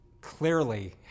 Clearly